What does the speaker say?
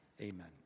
Amen